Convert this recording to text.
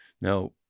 Now